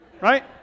Right